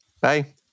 Bye